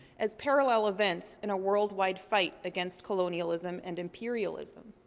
as parallel events in a worldwide fight against colonialism and imperialism.